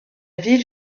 ville